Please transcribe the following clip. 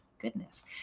goodness